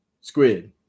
Squid